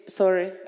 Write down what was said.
sorry